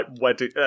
wedding